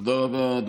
תודה רבה.